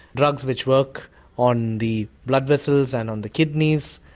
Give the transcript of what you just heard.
drugs which work on the blood vessels and on the kidneys,